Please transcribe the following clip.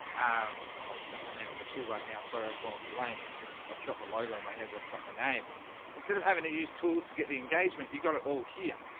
um ah forgotten the name of the tool right now. so i've gone blank it's i've got the logo in my head but i've forgotten the name instead of having to use tools to get the engagement. you got it all here.